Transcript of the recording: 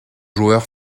joueurs